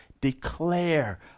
declare